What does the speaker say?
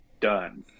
done